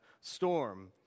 storm